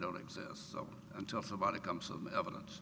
don't exist so until somebody comes from evidence